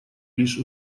лишь